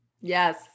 Yes